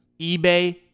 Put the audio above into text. ebay